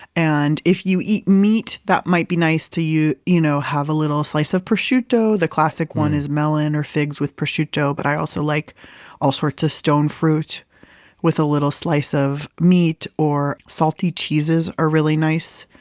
and if you eat meat, that might be nice to you know have a little slice of prosciutto. the classic one is melon or figs with prosciutto. but i also like all sorts of stone fruit with a little slice of meat or salty cheeses are really nice.